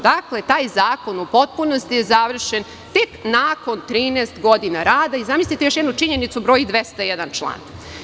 Dakle, taj zakon u potpunosti je završen tek nakon 13 godina rada i zamislite još jednu činjenicu – broji 201 član.